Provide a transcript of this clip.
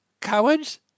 Cowards